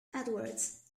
edwards